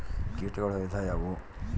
ಕೇಟಗಳ ವಿಧಗಳು ಯಾವುವು?